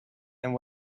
and